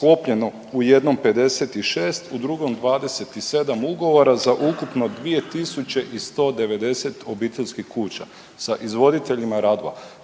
u jednom 56, u drugom 27 ugovora za ukupno 2 190 obiteljskih kuća sa izvoditeljima radova.